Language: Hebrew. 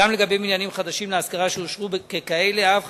גם לגבי בניינים חדשים להשכרה שאושרו ככאלה אף